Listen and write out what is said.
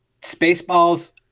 Spaceballs